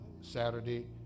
Saturday